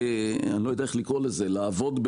אני לא יודע איך לקרוא לזה "לעבוד",